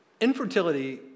Infertility